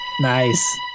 Nice